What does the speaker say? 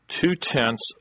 two-tenths